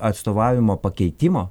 atstovavimo pakeitimo